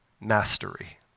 mastery